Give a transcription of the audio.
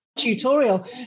tutorial